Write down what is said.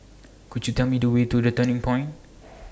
Could YOU Tell Me The Way to The Turning Point